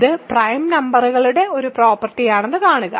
ഇത് പ്രൈം നമ്പറുകളുടെ ഒരു പ്രോപ്പർട്ടിയാണെന്ന് കാണുക